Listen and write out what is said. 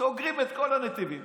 סוגרים את כל הנתיבים,